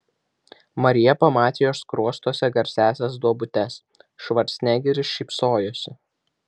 marija pamatė jo skruostuose garsiąsias duobutes švarcnegeris šypsojosi